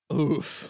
Oof